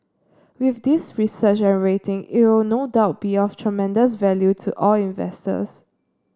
with this research and rating it will no doubt be of tremendous value to all investors